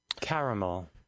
Caramel